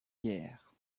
guerre